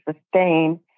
sustain